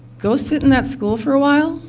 go sit in that school for a while.